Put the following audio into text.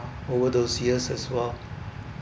over those years as well